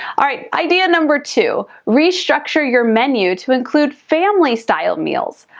all right, idea number two, restructure your menu to include family-style meals.